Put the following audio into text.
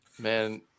Man